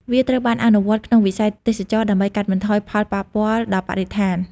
វាត្រូវបានអនុវត្តក្នុងវិស័យទេសចរណ៍ដើម្បីកាត់បន្ថយផលប៉ះពាល់ដល់បរិស្ថាន។